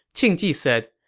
qing ji said,